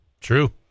True